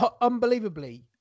Unbelievably